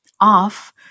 off